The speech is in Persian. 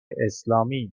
اسلامی